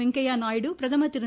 வெங்கையா நாயுடு பிரதமர் திரு